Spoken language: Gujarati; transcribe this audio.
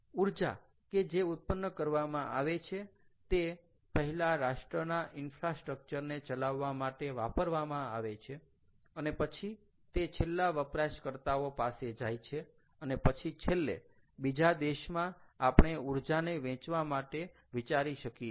ઊર્જા કે જે ઉત્પન્ન કરવામાં આવે છે તે પહેલા રાષ્ટ્રના ઇન્ફ્રાસ્ટ્રક્ચર ને ચલાવવા માટે વાપરવામાં આવે છે અને પછી તે છેલ્લા વપરાશકર્તાઓ પાસે જાય છે અને પછી છેલ્લે બીજા દેશમાં આપણે ઊર્જાને વેચવા માટે વિચારી શકીએ